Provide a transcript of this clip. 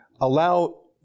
allow